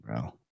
bro